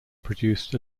produced